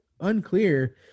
unclear